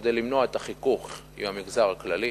כדי למנוע את החיכוך עם המגזר הכללי,